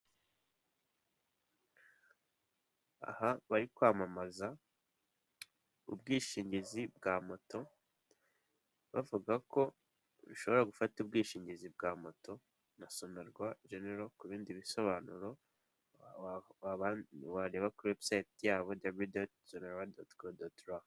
Aha bari kwamamaza ubwishingizi bwa moto bavuga ko ushobora gufata ubwishingizi bwa moto na Sonerwa general, ku bindi bisobanuro wareba kuri website y'abo.